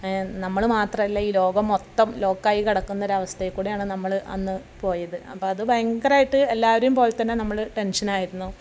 നമ്മൾ മാത്രമല്ല ഈ ലോകം മൊത്തം ലോക്കായി കിടക്കുന്നൊരവസ്ഥയിൽക്കൂടിയാണ് നമ്മൾ അന്നു പോയത് അപ്പം അത് ഭയങ്കരമായിട്ട് എല്ലാവരേയും പോലെതന്നെ നമ്മൾ ടെൻഷനായിരുന്നു